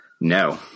No